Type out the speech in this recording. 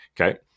Okay